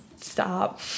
Stop